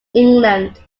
england